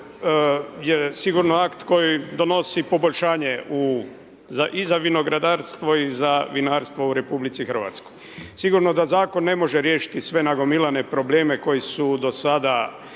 je sigurno akt koji donosi poboljšanje i za vinogradarstvo i za vinarstvo u RH. Sigurno da zakon ne može riješiti sve nagomilane probleme koji su do sada